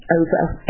over